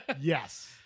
Yes